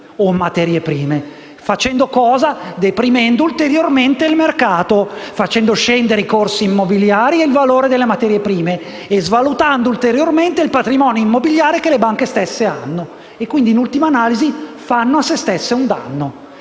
o materie prime, deprimendolo ulteriormente, facendo scendere i corsi immobiliari e il valore delle materie prime e svalutando ulteriormente il patrimonio immobiliare che le banche stesse hanno, quindi in ultima analisi fanno un danno